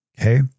Okay